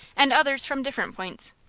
and others from different points.